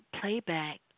playback